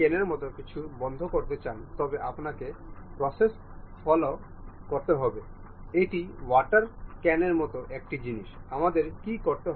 এর জন্য আমাদের এই মোশন স্টাডিতে যেতে হবে